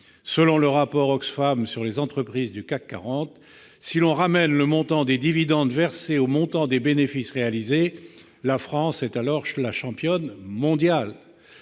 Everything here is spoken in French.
Selon le rapport qu'Oxfam a consacré aux entreprises du CAC 40, « si l'on ramène le montant des dividendes versés au montant des bénéfices réalisés, la France est alors la championne mondiale